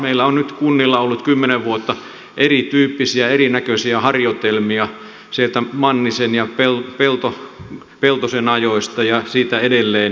meillä on nyt kunnilla ollut kymmenen vuotta erityyppisiä erinäköisiä harjoitelmia sieltä mannisen ja peltosen ajoista ja siitä edelleen